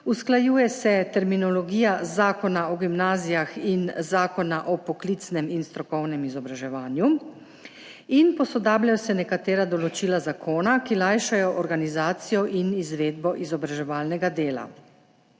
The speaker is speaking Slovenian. usklajuje se terminologija Zakona o gimnazijah in Zakona o poklicnem in strokovnem izobraževanju in posodabljajo se nekatera določila zakona, ki lajšajo organizacijo in izvedbo izobraževalnega dela.